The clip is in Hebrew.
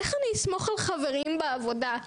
איך אני אסמוך על חברים בוועדה?